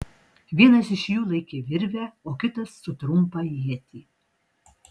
vienas iš jų laikė virvę o kitas su trumpą ietį